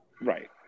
right